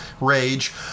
rage